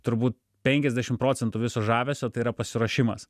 turbūt penkiasdešimt procentų viso žavesio tai yra pasiruošimas